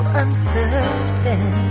uncertain